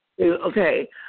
okay